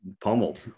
pummeled